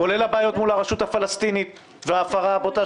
כולל הבעיות מול הרשות הפלסטינאית וההפרה הבוטה